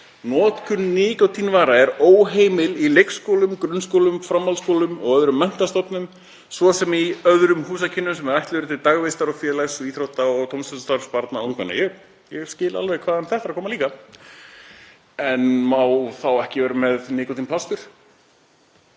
„Notkun nikótínvara er óheimil í leikskólum, grunnskólum, framhaldsskólum og öðrum menntastofnunum sem og í öðrum húsakynnum sem ætluð eru til dagvistunar og félags-, íþrótta- og tómstundastarfs barna og ungmenna.“ Ég skil alveg hvaðan þetta er að koma líka. En má þá ekki vera með nikótínplástur?